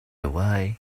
away